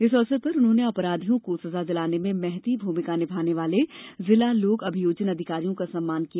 इस अवसर पर उन्होंने अपराधियों को सजा दिलाने में महती भूमिका निभाने वाले जिला लोक अभियोजन अधिकारियों का सम्मान किया